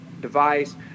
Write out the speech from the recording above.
device